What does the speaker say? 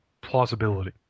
plausibility